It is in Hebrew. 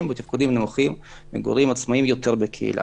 בתפקודים נוחים מגורים עצמאיים יותר בקהילה.